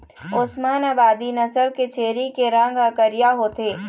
ओस्मानाबादी नसल के छेरी के रंग ह करिया होथे